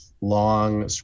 long